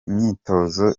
imyitozo